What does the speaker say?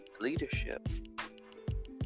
leadership